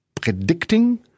predicting